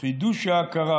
חידוש ההכרה